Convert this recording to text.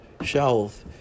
shelf